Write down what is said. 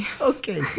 okay